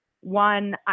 One